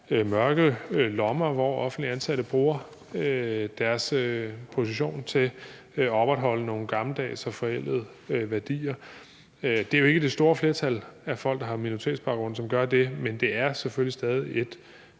mørke lommer, hvor offentligt ansatte bruger deres position til at opretholde nogle gammeldags og forældede værdier. Det er jo ikke det store flertal af folk, der har minoritetsbaggrund, som gør det, men det er selvfølgelig stadig et